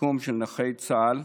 לשיקום של נכי צה"ל.